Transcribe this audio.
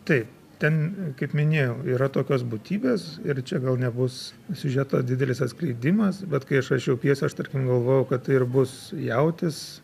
tai ten kaip minėjau yra tokios būtybės ir čia gal nebus siužeto didelis atskleidimas bet kai aš rašiau pjesę aš tarkim galvojau kad tai ir bus jautis